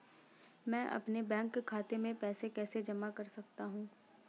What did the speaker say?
मैं अपने बैंक खाते में पैसे कैसे जमा कर सकता हूँ?